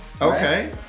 Okay